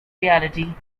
reality